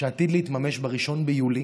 שעתידה להתממש ב-1 ביולי